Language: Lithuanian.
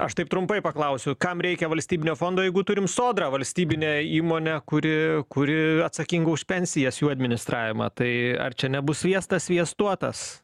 aš taip trumpai paklausiu kam reikia valstybinio fondo jeigu turime sodrą valstybinę įmonę kuri kuri atsakinga už pensijas jų administravimą tai ar čia nebus sviestas sviestuotas